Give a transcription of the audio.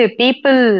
people